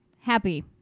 happy